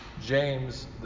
James